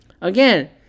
Again